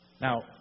now